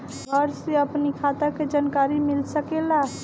घर से अपनी खाता के जानकारी मिल सकेला?